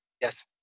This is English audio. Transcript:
Yes